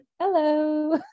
Hello